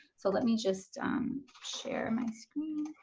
so let me just share my screen.